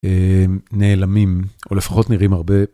נעלמים או לפחות נראים הרבה.